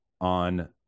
on